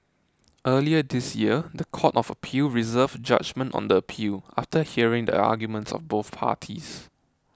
earlier this year the Court of Appeal reserved judgement on the appeal after hearing the arguments of both parties